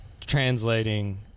translating